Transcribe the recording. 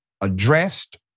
addressed